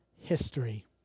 history